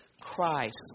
Christ